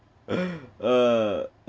uh